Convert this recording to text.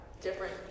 different